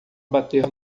bater